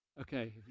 Okay